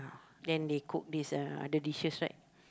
then they cook this uh other dishes right